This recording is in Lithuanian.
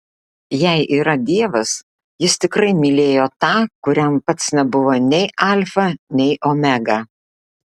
jei yra dievas jis tikrai mylėjo tą kuriam pats nebuvo nei alfa nei omega